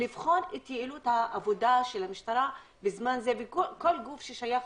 לבחון את יעילות העבודה של המשטרה בזמן הזה וכל גוף ששייך